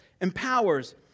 empowers